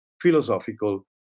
philosophical